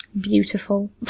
Beautiful